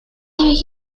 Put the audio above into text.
viaje